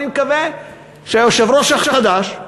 ואני מקווה שהיושב-ראש החדש,